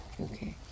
Okay